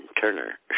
Turner